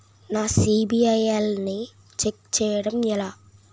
నా సిబిఐఎల్ ని ఛెక్ చేయడం ఎలా?